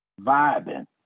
vibing